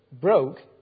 broke